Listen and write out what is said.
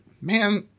man